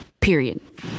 Period